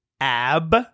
Ab